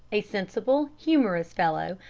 a sensible, humorous fellow,